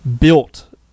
built